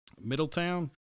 Middletown